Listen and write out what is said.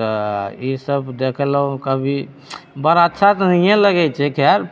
तऽ ईसब देखलहुँ कभी बड़ा अच्छा तऽ नहिए लगैत छै खैर